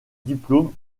diplôme